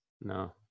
No